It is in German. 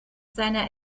seiner